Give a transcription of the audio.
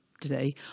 today